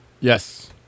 Yes